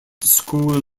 school